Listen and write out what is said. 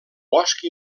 bosch